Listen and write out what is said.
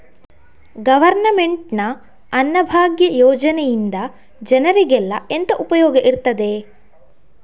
Government ನ ಅನ್ನಭಾಗ್ಯ ಯೋಜನೆಯಿಂದ ಜನರಿಗೆಲ್ಲ ಎಂತ ಉಪಯೋಗ ಇರ್ತದೆ?